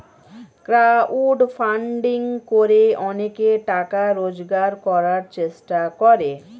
crowd funding করে অনেকে টাকা রোজগার করার চেষ্টা করে